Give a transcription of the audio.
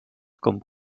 comme